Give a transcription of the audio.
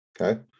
okay